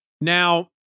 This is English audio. Now